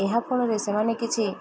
ଏହାଫଳରେ ସେମାନେ କିଛି